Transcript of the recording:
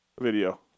video